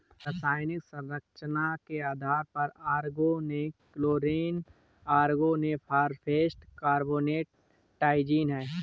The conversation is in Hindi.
रासायनिक संरचना के आधार पर ऑर्गेनोक्लोरीन ऑर्गेनोफॉस्फेट कार्बोनेट ट्राइजीन है